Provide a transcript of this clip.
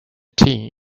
tea